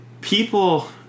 people